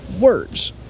words